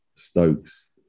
Stokes